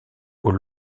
aux